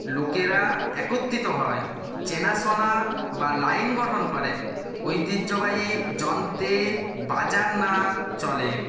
লোকেরা একত্রিত হয় চেনাশোনা বা লাইন গঠন করে ঐতিহ্যবাহী যন্ত্রে বাজান্নার চলে